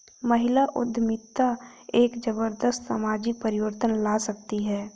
महिला उद्यमिता एक जबरदस्त सामाजिक परिवर्तन ला सकती है